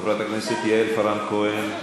חברת הכנסת יעל כהן-פארן,